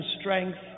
strength